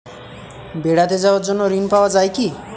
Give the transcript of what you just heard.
বেড়াতে যাওয়ার জন্য ঋণ পাওয়া যায় কি?